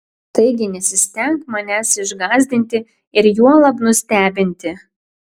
taigi nesistenk manęs išgąsdinti ir juolab nustebinti